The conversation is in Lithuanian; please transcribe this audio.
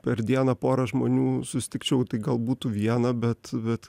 per dieną pora žmonių susitikčiau tai gal būtų viena bet bet